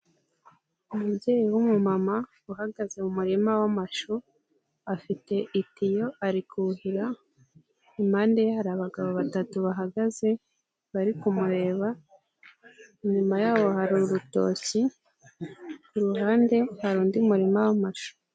Umubyeyi w'umumama uhagaze mu murima w'amashu, afite itiyo ari kuhira, impande ye hari abagabo batatu bahagaze bari kumureba, inyuma ya bo hari urutoki, ku ruhande hari undi murima w'amashu.